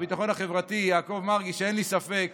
ספק